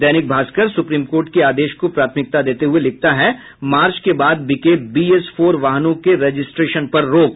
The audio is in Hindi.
दैनिक भास्कर सुप्रीम कोर्ट के आदेश को प्राथमिकता देते हुए लिखता है मार्च के बाद बिके बीएस फोर वाहनों के रजिस्ट्रेशन पर रोक